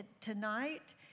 tonight